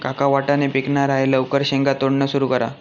काका वाटाणे पिकणार आहे लवकर शेंगा तोडणं सुरू करा